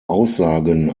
aussagen